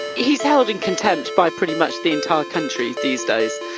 he's held in contempt by pretty much the entire country these days.